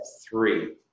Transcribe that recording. three